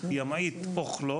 ימעיט אוכלו